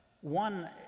one